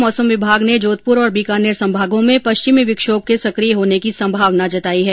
मौसम विभाग ने जोधपुर और बीकानेर संभागों में पश्चिमी विक्षोभ के सक्रिय होने की संभावना जताई है